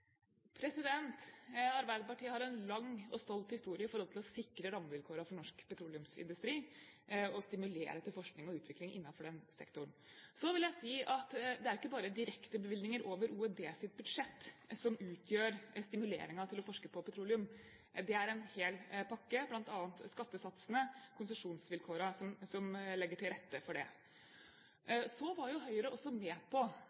fremover? Arbeiderpartiet har en lang og stolt historie i forhold til å sikre rammevilkårene for norsk petroleumsindustri og stimulere til forskning og utvikling innenfor den sektoren. Så vil jeg si at det ikke bare er direkte bevilgninger over OEDs budsjett som utgjør stimuleringen til å forske på petroleum, det er en hel pakke, bl.a. skattesatsene og konsesjonsvilkårene, som legger til rette for det. Så var jo også Høyre for et par år siden med på